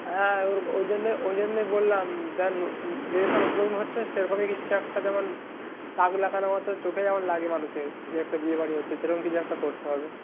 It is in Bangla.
হ্যাঁ ওইজন্য ওইজন্যই বললাম যা যে সব নতুন নতুন হচ্ছে সেরকমই কিছু একটা যেমন তাক লাগানো মতো চোখে যেমন লাগে মানুষের যে একটা বিয়েবাড়ি হচ্ছে সেরকম কিছু একটা করতে হবে